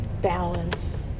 balance